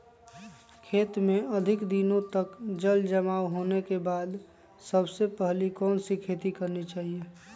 खेत में अधिक दिनों तक जल जमाओ होने के बाद सबसे पहली कौन सी खेती करनी चाहिए?